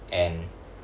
and